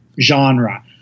genre